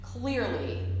Clearly